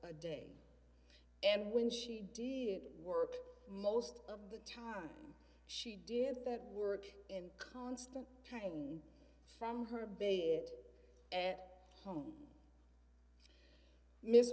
a day and when she did work most of the time she did the work in constant pain from her bed at home m